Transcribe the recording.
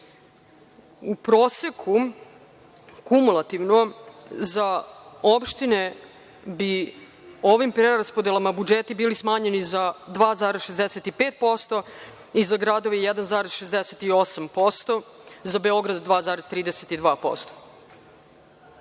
proseku, kumulativnom, za opštine bi ovom preraspodelom budžeti bili smanjeni za 2,65% i za gradove 1,68%, za Beograd 2,32%.